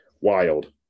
Wild